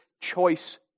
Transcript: choice